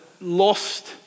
lost